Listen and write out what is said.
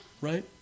right